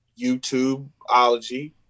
YouTubeology